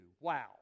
Wow